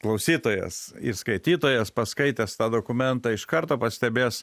klausytojas ir skaitytojas paskaitęs tą dokumentą iš karto pastebės